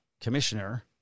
commissioner –